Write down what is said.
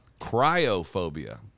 Cryophobia